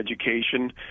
education